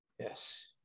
Yes